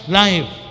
life